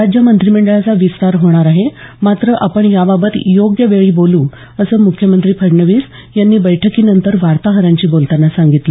राज्य मंत्रीमंडळाचा विस्तार होणार आहे मात्र आपण याबाबत योग्य वेळी बोलू असं मुख्यमंत्री फडणवीस यांनी बैठकीनंतर वार्ताहरांशी बोलतांना सांगितलं